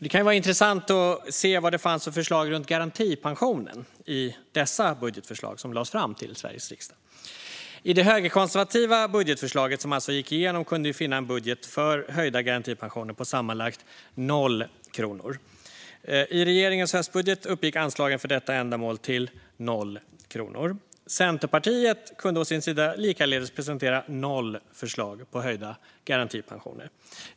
Det kan ju vara intressant att se vad det fanns för förslag runt garantipensionen i dessa budgetförslag som lades fram till Sveriges riksdag. I det högerkonservativa budgetförslaget, som alltså gick igenom, kunde vi finna en budget för höjda garantipensioner på sammanlagt noll kronor. I regeringens höstbudget uppgick anslagen för detta ändamål till noll kronor. Centerpartiet kunde å sin sida likaledes presentera noll förslag till höjda garantipensioner.